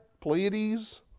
Pleiades